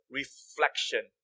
reflection